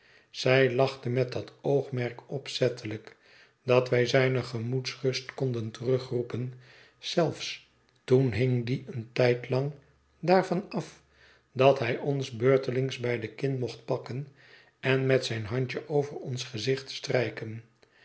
zij lachte met dat oogmerk opzettelijk dat wij zijne gemoedsrust konden terugroepen zelfs toen hing die een tijd lang daarvan af dat hij ons beurtelings bij de kin mocht pakken en met zijn handje over ons gezicht strijken